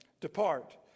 depart